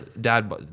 dad